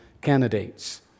candidates